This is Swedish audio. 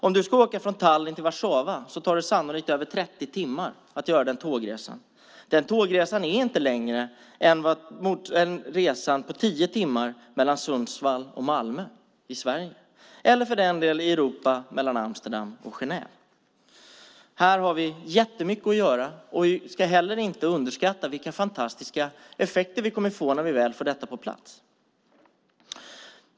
Om du ska åka tåg från Tallinn till Warszawa tar det sannolikt över 30 timmar. Den tågresan är inte längre än resan på 10 timmar mellan Sundsvall och Malmö i Sverige, eller för den delen mellan Amsterdam och Genève i Europa. Här har vi jättemycket att göra, och vi ska inte underskatta vilka fantastiska effekter vi kommer att få när detta väl är på plats.